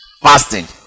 Fasting